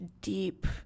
deep